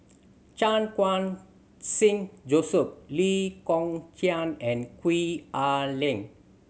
Chan Khun Sing Joseph Lee Kong Chian and Gwee Ah Leng